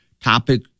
topic